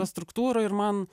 struktūra ir man